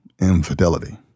infidelity